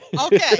Okay